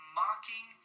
mocking